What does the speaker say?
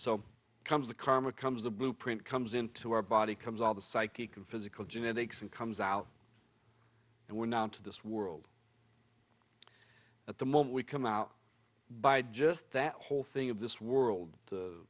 so comes the karma comes a blueprint comes into our body comes all the psychic and physical genetics and comes out and we're now into this world at the moment we come out by just that whole thing of this world